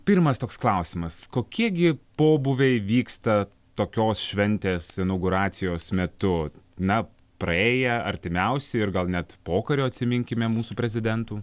pirmas toks klausimas kokie gi pobūviai vyksta tokios šventės inauguracijos metu na praėję artimiausi ir gal net pokario atsiminkime mūsų prezidentų